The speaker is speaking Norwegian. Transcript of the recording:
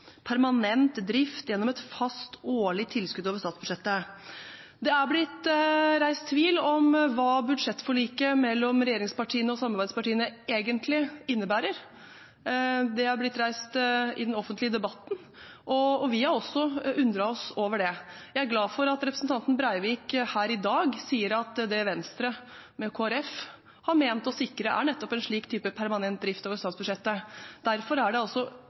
permanent drift gjennom et fast årlig tilskudd over statsbudsjettet. Det er blitt reist tvil om hva budsjettforliket mellom regjeringspartiene og samarbeidspartiene egentlig innebærer. Det er blitt reist i den offentlige debatten, og vi har også undret oss over det. Jeg er glad for at representanten Breivik her i dag sier at det Venstre med Kristelig Folkeparti har ment å sikre, er nettopp en slik type permanent drift over statsbudsjettet. Derfor er det